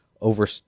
over